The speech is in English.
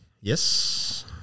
Yes